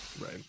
right